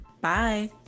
Bye